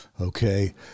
Okay